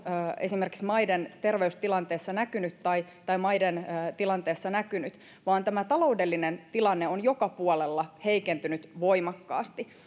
esimerkiksi maiden terveystilanteessa näkynyt tai tai maiden tilanteessa näkynyt vaan taloudellinen tilanne on joka puolella heikentynyt voimakkaasti